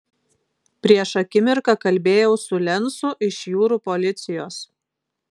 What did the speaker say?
prieš akimirką kalbėjau su lencu iš jūrų policijos